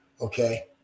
Okay